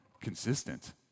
Consistent